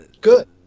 Good